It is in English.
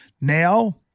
now